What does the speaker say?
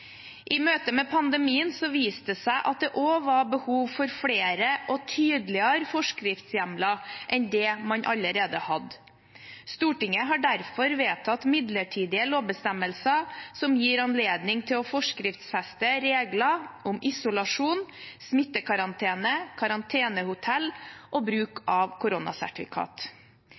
I møte med pandemien viste det seg at det også var behov for flere og tydeligere forskriftshjemler enn det man allerede hadde. Stortinget har derfor vedtatt midlertidige lovbestemmelser som gir anledning til å forskriftsfeste regler om isolasjon, smittekarantene, karantenehotell og bruk av koronasertifikat.